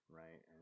right